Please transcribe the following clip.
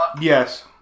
Yes